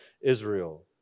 Israel